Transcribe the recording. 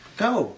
go